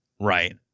Right